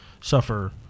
suffer